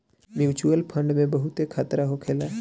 mutual fund में बहुते खतरा होखेला